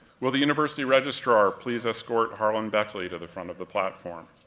will the university registrar please escort harlan beckley to the front of the platform?